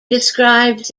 describes